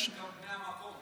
בטח הם גם בני המקום.